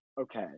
okay